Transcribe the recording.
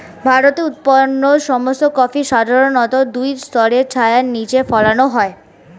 ভারতে উৎপন্ন সমস্ত কফি সাধারণত দুই স্তরের ছায়ার নিচে ফলানো হয়